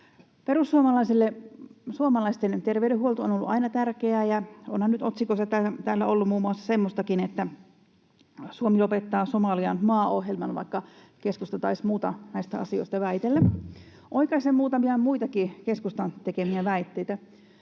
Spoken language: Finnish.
suomalaisten terveydenhuolto on ollut aina tärkeää. Onhan nyt otsikoissa ollut muun muassa semmoistakin, että Suomi lopettaa Somalian maaohjelman, vaikka keskusta taisi muuta näistä asioista väitellä. Oikaisen muutamia muitakin keskustan tekemiä väitteitä.